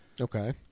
Okay